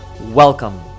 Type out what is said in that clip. Welcome